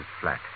flat